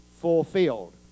fulfilled